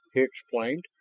he explained.